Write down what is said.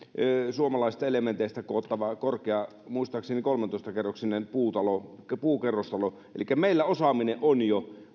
suomalaisista elementeistä koottava korkea muistaakseni kolmetoista kerroksinen puukerrostalo elikkä meillä osaaminen on jo